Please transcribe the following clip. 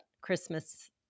Christmas